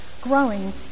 growing